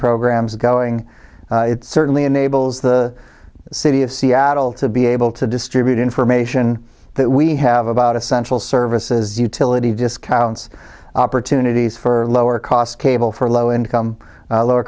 programs going it certainly enables the city of seattle to be able to distribute information that we have about essential services utility discounts opportunities for lower cost cable for low income